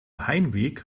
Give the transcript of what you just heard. heimweg